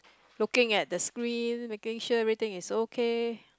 looking at the screen making sure everything is okay